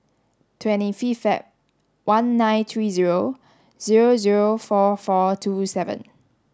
twenty fifth Feb one nine three zero zero zero four four two seven